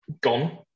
gone